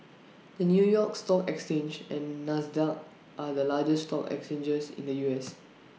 the new york stock exchange and Nasdaq are the largest stock exchanges in the U S